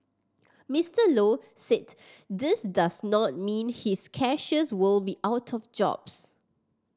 Mister Low said this does not mean his cashiers will be out of jobs